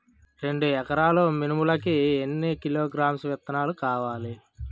రెండు ఎకరాల మినుములు కి ఎన్ని కిలోగ్రామ్స్ విత్తనాలు కావలి?